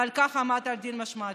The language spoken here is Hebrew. ועל כך עמד לדין משמעתי.